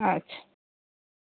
अच्छा